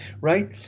right